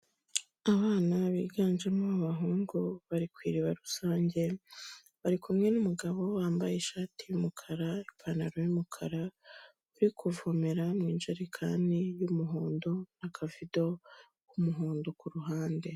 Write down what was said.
Abana biganjemo abahungu bari ku iriba rusange, bari kumwe n'umugabo wambaye ishati y'umukara, ipantaro y'umukara, uri kuvomera mu ijerekani y'umuhondo na kavido k'umuhondo kuruhande.